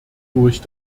durch